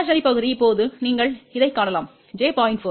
கற்பனையான பகுதி இப்போது நீங்கள் இதைக் காணலாம் j 0